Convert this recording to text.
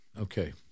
Okay